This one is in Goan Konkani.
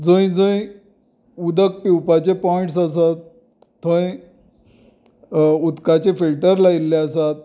जंय जंय उदक पिवपाचें पोयंट्स आसा थंय उदकाचे फिल्टर लायिल्ले आसात